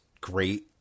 great